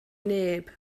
neb